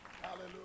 Hallelujah